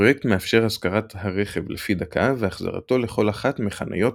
הפרויקט מאפשר השכרת הרכב לפי דקה והחזרתו לכל אחת מחניות